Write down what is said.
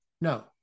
no